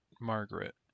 Margaret